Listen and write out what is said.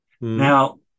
Now